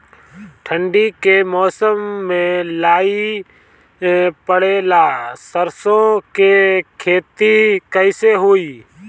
ठंडी के मौसम में लाई पड़े ला सरसो के खेती कइसे होई?